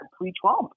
pre-Trump